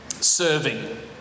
serving